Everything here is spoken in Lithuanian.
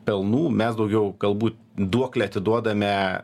pelnų mes daugiau galbūt duoklę atiduodame